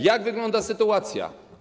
Jak wygląda sytuacja?